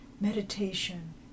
Meditation